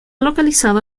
localizado